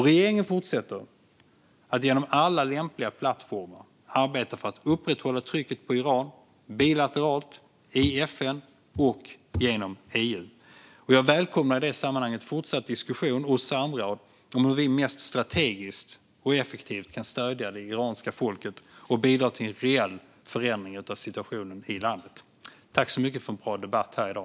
Regeringen fortsätter att genom alla lämpliga plattformar arbeta för att upprätthålla trycket på Iran bilateralt i FN och genom EU. Jag välkomnar i det sammanhanget fortsatt diskussion hos andra om hur vi mest strategiskt och effektivt kan stödja det iranska folket och bidra till en reell förändring av situationen i landet. Tack så mycket för en bra debatt här i dag!